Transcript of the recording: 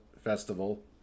Festival